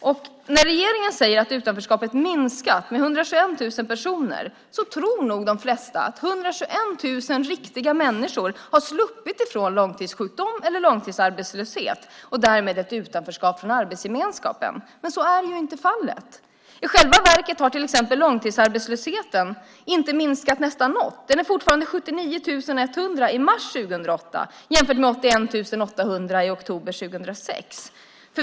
När regeringen säger att utanförskapet har minskat med 121 000 personer tror nog de flesta att 121 000 riktiga människor har sluppit ifrån långtidssjukdom eller långtidsarbetslöshet och därmed ett utanförskap från arbetsgemenskapen. Så är ju inte fallet. I själva verket har till exempel långtidsarbetslösheten nästan inte minskat alls. Det var fortfarande 79 100 i mars 2008, jämfört med 81 800 i oktober 2006.